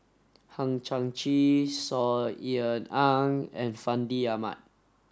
Hang Chang Chieh Saw Ean Ang and Fandi Ahmad